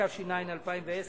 התש"ע 2010,